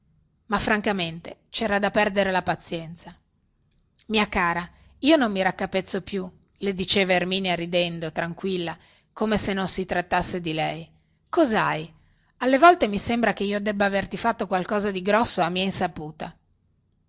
ma francamente cera da perdere la pazienza mia cara io non mi raccapezzo più le diceva erminia ridendo tranquilla come se non si trattasse di lei coshai alle volte mi sembra che io debba averti fatto qualcosa di grosso a mia insaputa